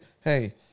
hey